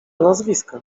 nazwiska